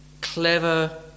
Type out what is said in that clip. clever